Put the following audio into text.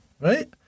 right